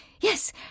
yes